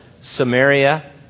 Samaria